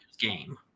game